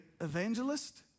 evangelist